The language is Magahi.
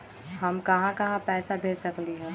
हम कहां कहां पैसा भेज सकली ह?